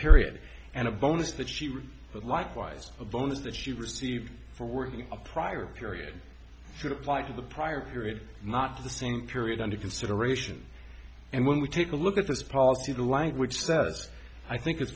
period and a bonus that she likewise a bonus that she received for working a prior period through the flight of the prior period not to the same period under consideration and when we take a look at this policy the language says i think it's